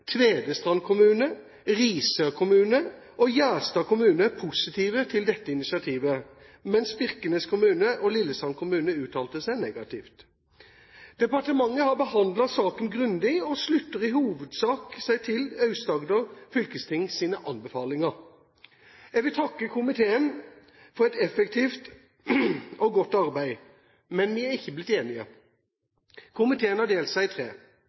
og Lillesand kommune uttalte seg negativt. Departementet har behandlet saken grundig og slutter seg i hovedsak til Aust-Agder fylkestings anbefalinger. Jeg vil takke komiteen for et effektivt og godt arbeid, men vi er ikke blitt enige. Komiteen har delt seg i tre.